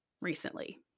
recently